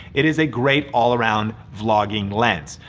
it is a great all-around vlogging lens.